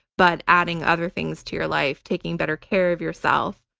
but adding other things to your life, taking better care of yourself,